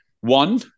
One